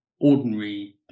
ordinary